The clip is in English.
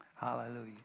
hallelujah